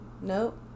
nope